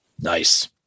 Nice